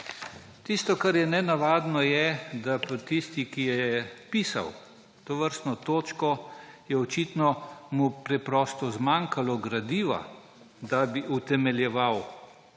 Tisto, kar je nenavadno, je, da tisti, ki je pisal tovrstno točko, mu je očitno preprosto zmanjkalo gradiva, da bi utemeljeval